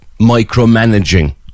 micromanaging